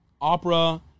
opera